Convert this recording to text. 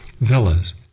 villas